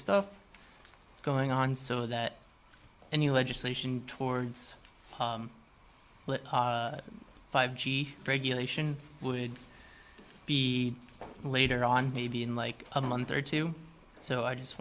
stuff going on so that a new legislation towards five g regulation would be later on maybe in like a month or two so i just